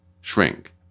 shrink